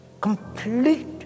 complete